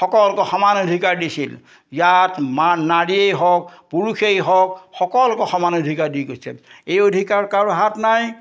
সকলোকে সমান অধিকাৰ দিছিল ইয়াক মা নাৰীয়ে হওক পুৰুষেই হওক সকলোকে সমান অধিকাৰ দি গৈছিল এই অধিকাৰ কাৰো হাত নাই